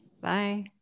Bye